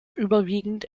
überwiegend